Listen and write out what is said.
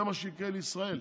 זה מה שיקרה לישראל.